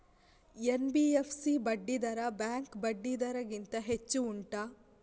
NBFC ಬಡ್ಡಿ ದರ bank ಬಡ್ಡಿ ದರ ಗಿಂತ ಹೆಚ್ಚು ಉಂಟಾ